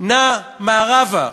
נע מערבה,